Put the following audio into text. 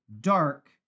dark